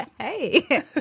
Hey